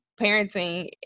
parenting